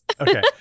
Okay